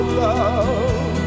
love